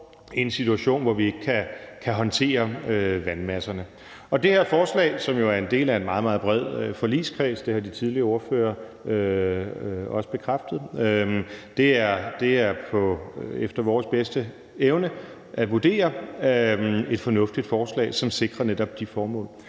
en situation, hvor vi ikke kan håndtere vandmasserne. Og det her forslag, som jo hører til i en meget, meget bred forligskreds – det har de tidligere ordførere også bekræftet – er efter vores bedste evne at vurdere som et fornuftigt forslag, som sikrer netop de formål.